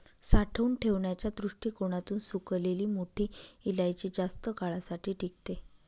साठवून ठेवण्याच्या दृष्टीकोणातून सुकलेली मोठी इलायची जास्त काळासाठी टिकते